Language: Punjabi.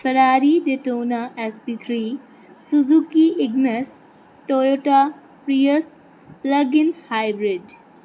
Ferrari Daytona S P three Suzuki Ignis Toyota Prius plugin hybrid